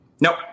Nope